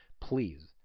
Please